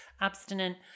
Abstinent